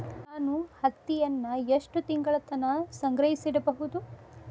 ನಾನು ಹತ್ತಿಯನ್ನ ಎಷ್ಟು ತಿಂಗಳತನ ಸಂಗ್ರಹಿಸಿಡಬಹುದು?